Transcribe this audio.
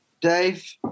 Dave